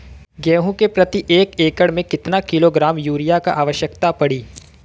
गेहूँ के प्रति एक एकड़ में कितना किलोग्राम युरिया क आवश्यकता पड़ी?